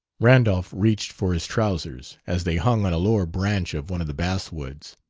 randolph reached for his trousers, as they hung on a lower branch of one of the basswoods.